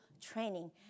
training